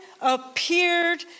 appeared